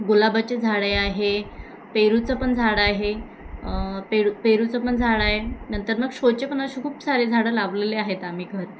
गुलाबाचे झाडे आहे पेरूचं पण झाडं आहे पेरू पेरूचं पण झाडं आहे नंतर मग शोचे पण असे खूप सारे झाडं लावलेले आहेत आम्ही घर